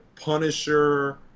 Punisher